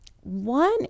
one